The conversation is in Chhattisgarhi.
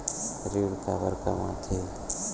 ऋण काबर कम आथे?